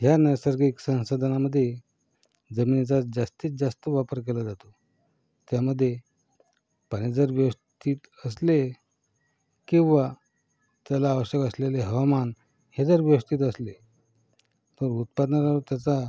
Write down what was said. या नैसर्गिक संसाधनांमध्ये जमिनीचा जास्तीत जास्त वापर केला जातो त्यामध्ये पाणी जर व्यवस्थित असले किंवा त्याला आवश्यक असलेले हवामान हे जर व्यवस्थित असले तर उत्पादनावर त्याचा